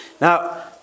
Now